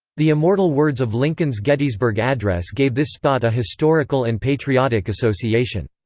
the immortal words of lincoln's gettysburg address gave this spot a historical and patriotic association.